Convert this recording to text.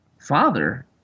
Father